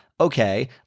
okay